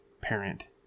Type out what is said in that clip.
parent